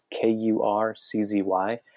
K-U-R-C-Z-Y